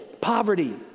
poverty